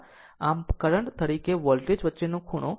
આમ કરંટ તરીકે વોલ્ટેજ વચ્ચેનો ખૂણો 53